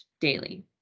daily